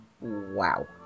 wow